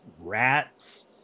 rats